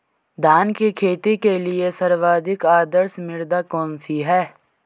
धान की खेती के लिए सर्वाधिक आदर्श मृदा कौन सी है?